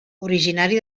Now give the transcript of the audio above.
originari